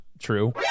true